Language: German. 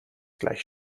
gleich